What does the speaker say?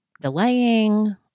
delaying